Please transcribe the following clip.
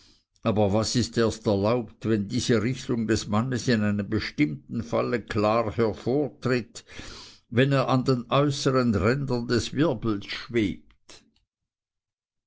aber was ist erst erlaubt wenn diese richtung des mannes in einem bestimmten fall klar hervortritt wenn er an den äußern rändern des wirbels schwebt